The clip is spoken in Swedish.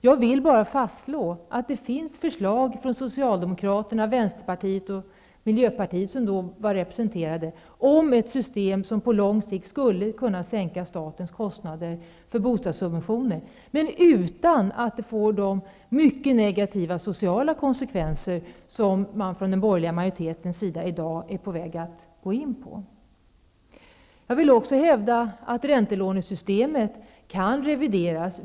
Jag vill bara fastslå att det finns förslag från Miljöpartiet, som då var representerat, om ett system som på lång sikt skulle kunna sänka statens kostnader för bostadssubventioner utan att det får de mycket negativa sociala konsekvenser som den borgerliga majoriteten i dag håller på att åstadkomma. Jag vill också hävda att räntelånesystemet kan revideras.